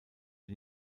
den